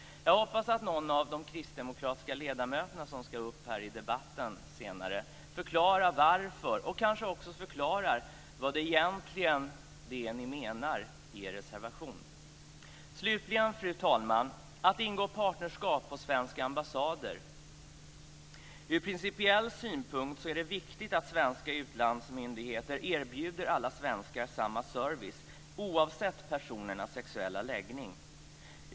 Jag hoppas att någon av de kristdemokratiska ledamöter som ska upp i den här debatten senare kan förklara varför och kanske också kan förklara vad det egentligen är som ni menar i er reservation. Fru talman! Slutligen vill jag säga något om att ingå partnerskap på svenska ambassader. Ur principiell synpunkt är det viktigt att svenska utlandsmyndigheter erbjuder alla svenskar samma service oavsett personernas sexuella läggning.